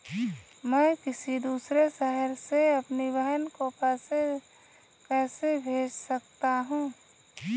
मैं किसी दूसरे शहर से अपनी बहन को पैसे कैसे भेज सकता हूँ?